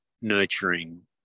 nurturing